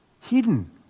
hidden